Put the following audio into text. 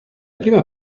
prima